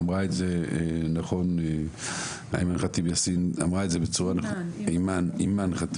ואמרה את זה בצורה הכי נכונה חברתי חברת הכנסת אימאן ח'טיב